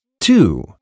Two